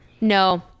No